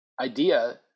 idea